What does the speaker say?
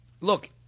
look